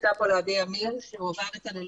נמצא פה לידי אמיר, שהוא עבר התעללות,